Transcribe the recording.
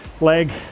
leg